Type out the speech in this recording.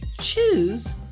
Choose